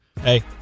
Hey